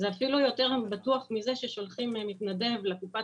זה אפילו יותר בטוח מזה ששולחים מתנדב לקופות